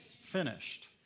Finished